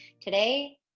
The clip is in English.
Today